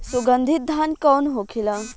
सुगन्धित धान कौन होखेला?